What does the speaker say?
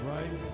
Right